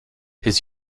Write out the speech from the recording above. his